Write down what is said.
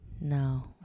no